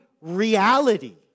reality